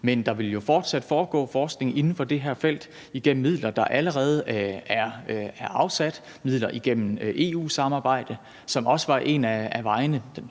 Men der vil jo fortsat foregå forskning inden for det her felt igennem de midler, der allerede er afsat, midler igennem EU-samarbejdet, som også var en af vejene,